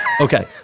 Okay